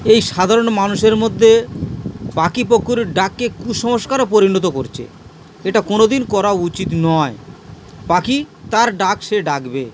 এই সাধারণ মানুষের মধ্যে পাখি পক্ষীর ডাককে কুসংস্কারে পরিণত করছে এটা কোনো দিন করা উচিত নয় পাখি তার ডাক সে ডাকবে